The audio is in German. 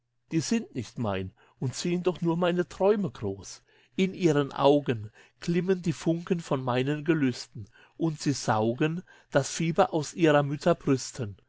die sind nicht mein und ziehen doch nur meine träume groß in ihren augen glimmen die funken von meinen gelüsten und sie saugen das fieber aus ihrer mütter brüsten